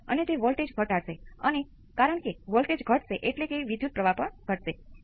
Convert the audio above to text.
એ જ રીતે અહીં આ બે કેપેસિટર સમાંતરમાં છે તે સ્રોત મુક્ત સ્થિતિમાં નથી